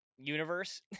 universe